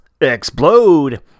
explode